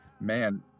man